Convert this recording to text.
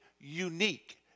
unique